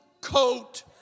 coat